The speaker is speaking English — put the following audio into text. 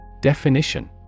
Definition